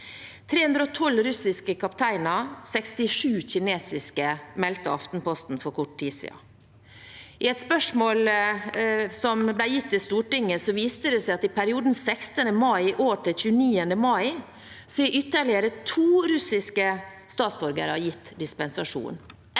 312 russiske kapteiner og 67 kinesiske, meldte Aftenposten for kort tid siden. Via et spørsmål som ble gitt i Stortinget, viste det seg at i perioden 16. mai til 29. mai i år er ytterligere to russiske statsborgere gitt dispensasjon